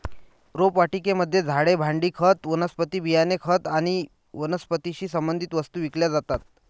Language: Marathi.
रोपवाटिकेमध्ये झाडे, भांडी, खत, वनस्पती बियाणे, खत आणि वनस्पतीशी संबंधित वस्तू विकल्या जातात